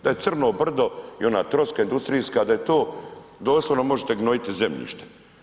Da je crno brdo i ona ... industrijska da je to, doslovno možete gnojiti zemljište.